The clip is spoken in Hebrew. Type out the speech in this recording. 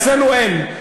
אצלנו אין.